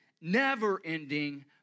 never-ending